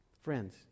Friends